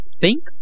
think